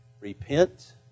repent